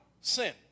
sin